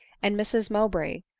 and mrs, mowbray,